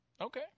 Okay